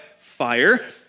fire